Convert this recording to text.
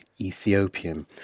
Ethiopian